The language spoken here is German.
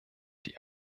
die